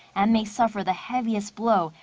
and may suffer the heaviest blow.